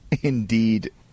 Indeed